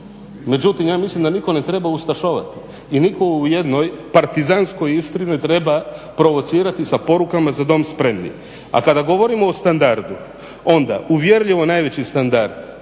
Međutim ja mislim da nitko ne treba ustašovati i nitko u jednoj partizanskoj Istri ne treba provocirati sa porukama "Za dom spremni!" a kada govorimo o standardnu onda uvjerljivo najveći standard,